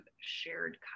shared